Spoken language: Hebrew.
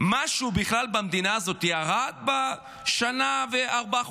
משהו בכלל במדינה הזאת ירד בשנה וארבעת